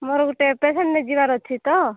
ମୋର ଗୋଟେ ପେସେଣ୍ଟ୍ ନେଇ ଯିବାର ଅଛି ତ